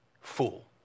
Fool